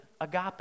Agape